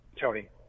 Tony